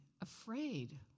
afraid